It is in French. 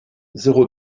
zéro